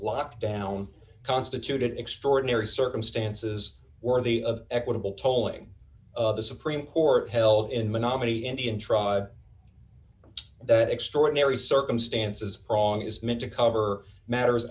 lockdown constituted extraordinary circumstances worthy of equitable tolling of the supreme court held in menominee indian tribe that extraordinary circumstances wrong is meant to cover matters